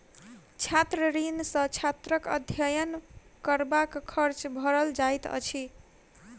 छात्र ऋण सॅ छात्रक अध्ययन करबाक खर्च भरल जाइत अछि